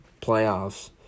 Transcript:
playoffs